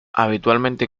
habitualmente